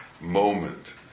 moment